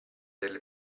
della